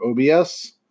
OBS